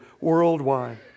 worldwide